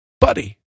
buddy